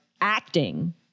acting